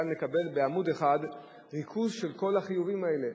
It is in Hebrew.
כאן נקבל בעמוד אחד ריכוז של כל החיובים האלה.